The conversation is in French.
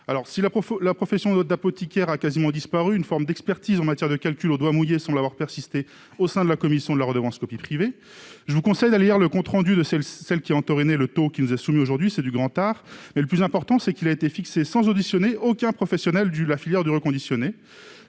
Si la profession d'apothicaire a quasiment disparu, une forme d'expertise en matière de calculs au doigt mouillé semble avoir persisté au sein de la Commission pour la rémunération de la copie privée. Je vous conseille de lire le compte rendu de la réunion ayant entériné le taux qui nous est soumis aujourd'hui : c'est du grand art ! Retenez au moins qu'il a été fixé sans qu'aucun professionnel de la filière du reconditionné